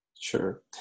Sure